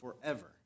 forever